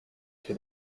with